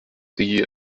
die